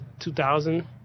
2000